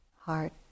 heart